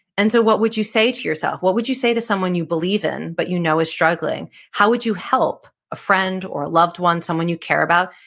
and so what would you say to yourself? what would you say to someone you believe in but you know is struggling? how would you help a friend or a loved one? someone you care about?